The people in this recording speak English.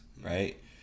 right